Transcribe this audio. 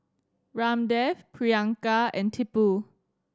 Ramdev Priyanka and Tipu